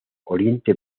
oriente